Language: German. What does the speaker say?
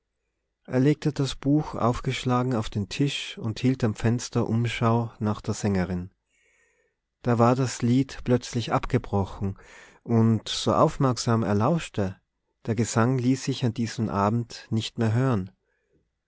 er legte das buch aufgeschlagen auf den tisch und hielt am fenster umschau nach der sängerin da war das lied plötzlich abgebrochen und so aufmerksam er lauschte der gesang ließ sich an diesem abend nicht mehr hören